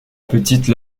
petite